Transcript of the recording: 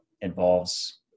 involves